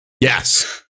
Yes